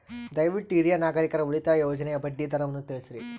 ದಯವಿಟ್ಟು ಹಿರಿಯ ನಾಗರಿಕರ ಉಳಿತಾಯ ಯೋಜನೆಯ ಬಡ್ಡಿ ದರವನ್ನು ತಿಳಿಸ್ರಿ